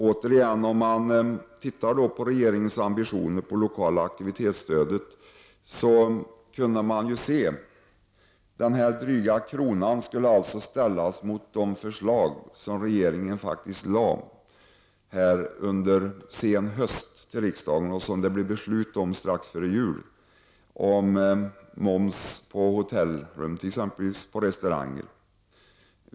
Om man då återigen tittar på regeringens ambitioner för det lokala aktivitetsstödet skall höjningen med drygt 1 kr. ställas mot de förslag som regeringen faktiskt under senhösten lade på riksdagens bord och som det fattades beslut om strax före jul. Det gällde t.ex. moms på hotellrum och för restaurangbesök.